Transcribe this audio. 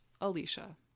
Alicia